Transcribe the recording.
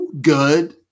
good